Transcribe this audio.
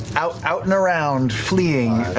out out and around, fleeing.